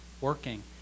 working